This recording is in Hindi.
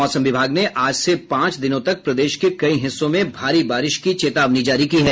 मौसम विभाग ने आज से पांच दिनों तक प्रदेश के कई हिस्सों में भारी बारिश की चेतावनी जारी की है